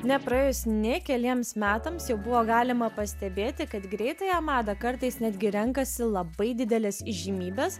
nepraėjus nė keliems metams jau buvo galima pastebėti kad greitąją madą kartais netgi renkasi labai didelės įžymybės